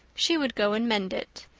she would go and mend it.